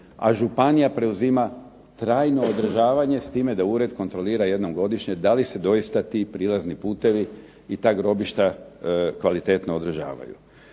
a županija preuzima trajno održavanje s time da Ured kontrolira jednom godišnje da li se doista ti prilazni putevi i ta grobišta kvalitetno održavaju.